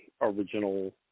original